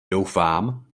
doufám